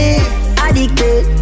Addicted